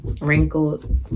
wrinkled